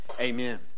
Amen